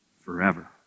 forever